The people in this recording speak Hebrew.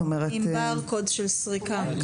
עם ברקוד של סריקה.